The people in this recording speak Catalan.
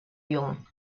llum